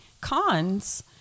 cons